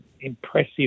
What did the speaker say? impressive